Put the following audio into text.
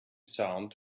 sound